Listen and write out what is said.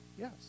yes